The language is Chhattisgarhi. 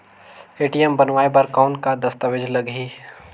ए.टी.एम बनवाय बर कौन का दस्तावेज लगही?